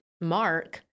mark